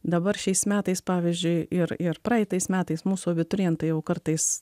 dabar šiais metais pavyzdžiui ir ir praeitais metais mūsų abiturientai jau kartais